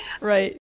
right